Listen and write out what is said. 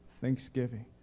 thanksgiving